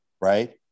right